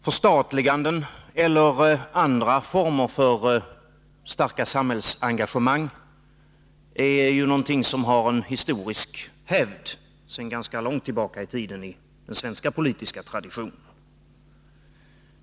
Herr talman! Förstatliganden eller andra former för starka samhällsengagemang är någonting som har historisk hävd i den svenska politiska traditionen.